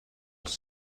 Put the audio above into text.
els